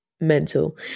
mental